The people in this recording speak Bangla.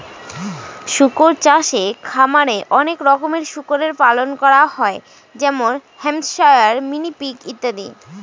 শুকর চাষে খামারে অনেক রকমের শুকরের পালন করা হয় যেমন হ্যাম্পশায়ার, মিনি পিগ ইত্যাদি